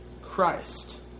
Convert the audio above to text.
Christ